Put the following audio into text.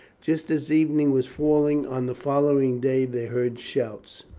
just as evening was falling on the following day they heard shouts.